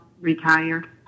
retired